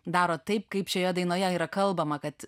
daro taip kaip šioje dainoje yra kalbama kad